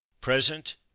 Present